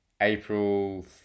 April